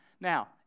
now